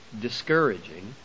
discouraging